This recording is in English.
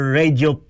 radio